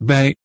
Bij